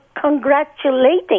congratulating